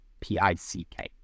P-I-C-K